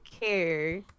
care